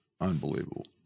unbelievable